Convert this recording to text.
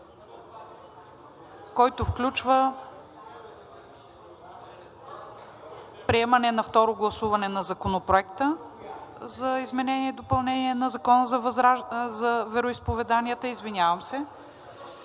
който включва приемане на второ гласуване на Законопроекта за изменение и допълнение на Закона за вероизповеданията, изслушване